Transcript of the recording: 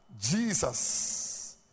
Jesus